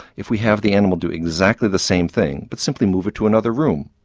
if we have the animal do exactly the same thing but simply move it to another room,